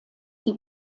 die